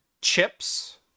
chips